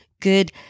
good